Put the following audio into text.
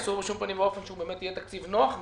אסור בשום פנים ואופן שהוא יהיה תקציב נוח מדי.